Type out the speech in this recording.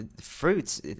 fruits